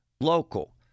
local